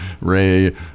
ray